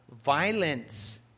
Violence